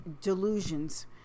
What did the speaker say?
delusions